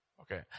Okay